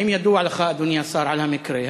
האם ידוע לך, אדוני השר, על המקרה?